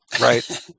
Right